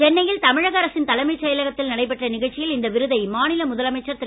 சென்னையில் தமிழக அரசின் தலைமைச் செயலகத்தில் நடைபெற்ற நிகழ்ச்சியில் இந்த விருதை மாநில முதலமைச்சர் திரு